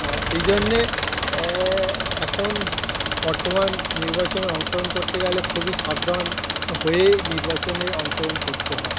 আর সেই জন্যে এখন বর্তমান নির্বাচনে অংশগ্রহণ করতে গেলে খুবই সাবধান হয়েই নির্বাচনে অংশগ্রহণ করতে হয়